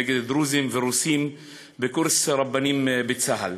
נגד דרוזים ורוסים בקורס רבנים בצה"ל.